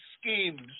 schemes